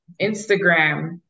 Instagram